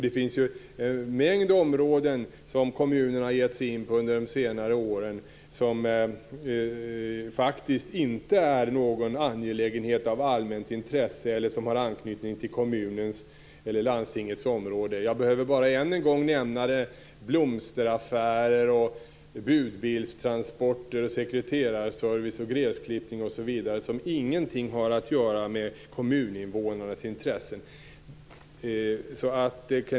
Det finns en mängd områden som kommunerna har gett sig in på som faktiskt inte är någon angelägenhet av allmänt intresse eller som har anknytning till kommunens eller landstingets område. Jag behöver bara än en gång nämna blomsteraffärer, budbilstransporter, sekreterarservice, gräsklippning osv. Detta är verksamhet som inte ligger i kommuninvånarnas intresse.